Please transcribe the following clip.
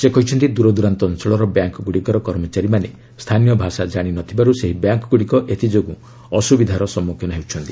ସେ କହିଛନ୍ତି ଦୂରଦୂରାନ୍ତ ଅଞ୍ଚଳର ବ୍ୟାଙ୍କଗୁଡ଼ିକର କର୍ମଚାରୀମାନେ ସ୍ଥାନୀୟ ଭାଷା ଜାଣିନଥିବାରୁ ସେହି ବ୍ୟାଙ୍କଗୁଡ଼ିକ ଏଥିଯୋଗୁଁ ଅସୁବିଧାର ସମ୍ମୁଖୀନ ହେଉଛନ୍ତି